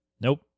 Nope